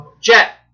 Jet